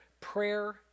Prayer